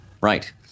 Right